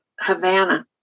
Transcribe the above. Havana